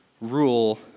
rule